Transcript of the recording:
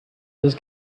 this